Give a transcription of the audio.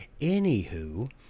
Anywho